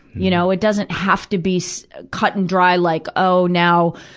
you know. it doesn't have to be so cut and dry, like, oh now,